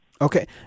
Okay